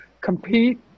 compete